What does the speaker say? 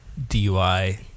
DUI